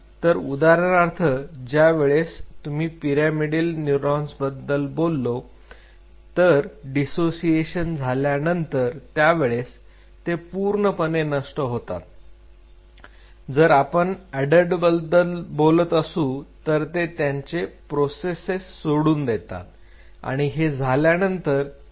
तर उदाहरणार्थ ज्या वेळेस तुम्ही पिरॅमिडल न्यूरॉन्सबाबत बोलतो तर डीसोसिएशन झाल्यानंतर त्या वेळेस ते पूर्णपणे नष्ट होतात जर आपण अडल्टबद्दल बोलत असू तर ते त्यांचे प्रोसेस सोडून देतात आणि हे झाल्यानंतर ते जवळपास असे दिसतील